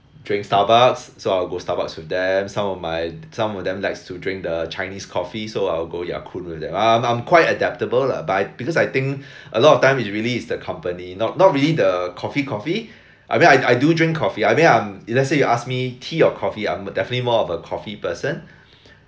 drink starbucks so I will go starbucks with them some of my some of them likes to drink the chinese coffee so I will go ya kun with them I'm I'm quite adaptable lah but I because I think a lot of time is really is the company not not really the coffee coffee I mean I I do drink coffee I mean I'm if let's say if you ask me tea or coffee I'm definitely more of a coffee person